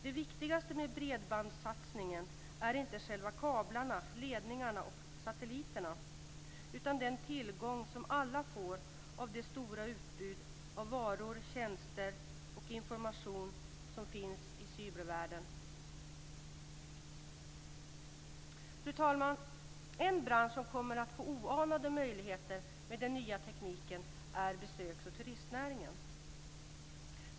Det viktigaste med bredbandssatsningen är inte själva kablarna, ledningarna och satelliterna, utan den tillgång som alla får till det stora utbud av varor, tjänster och information som finns i cybervärlden. Fru talman! En bransch som kommer att få oanade möjligheter med den nya tekniken är besöks och turistnäringen.